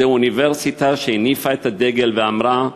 זו אוניברסיטה שהניפה את הדגל ואמרה: